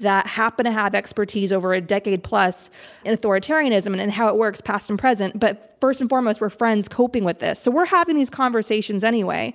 that happen to have expertise over a decade-plus in authoritarianism how it works past and present. but, first and foremost, we're friends coping with this. so we're having these conversations anyway.